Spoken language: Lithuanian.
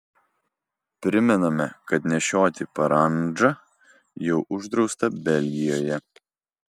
primename kad nešioti parandžą jau uždrausta belgijoje